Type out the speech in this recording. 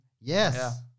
Yes